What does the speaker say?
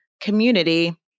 community